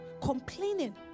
complaining